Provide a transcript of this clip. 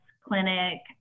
clinic